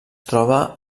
troba